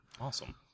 Awesome